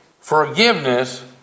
forgiveness